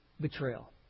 betrayal